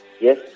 yes